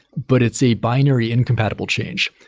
but it's a binary incompatible change.